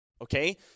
Okay